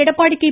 Edappadi K